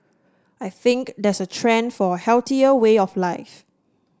I think there's a trend for a healthier way of life